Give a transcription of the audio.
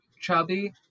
chubby